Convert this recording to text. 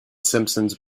simpsons